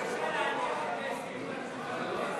מצביעים על סעיף 38 לשנת הכספים 2016. יש